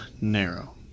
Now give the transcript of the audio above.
narrow